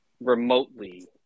remotely